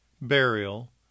burial